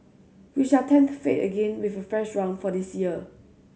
we shall tempt fate again with a fresh round for this year